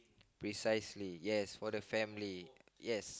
precisely yes what a family yes